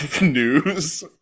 news